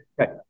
Okay